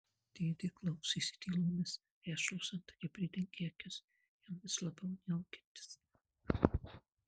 dėdė klausėsi tylomis vešlūs antakiai pridengė akis jam vis labiau niaukiantis